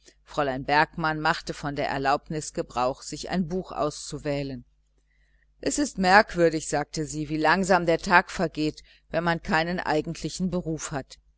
fräulein bergmann machte von der erlaubnis gebrauch sich ein buch auszuwählen es ist merkwürdig sagte sie wie langsam der tag vergeht wenn man keinen eigentlichen beruf hat